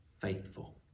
faithful